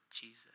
Jesus